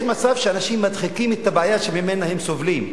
יש מצב שהאנשים מדחיקים את הבעיה שממנה הם סובלים.